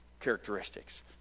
characteristics